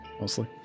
Mostly